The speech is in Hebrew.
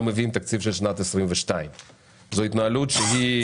מביאים תקציב של שנת 2022. זו התנהלות שהיא